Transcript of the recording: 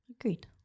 agreed